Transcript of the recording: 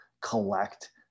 collect